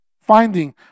finding